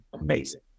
amazing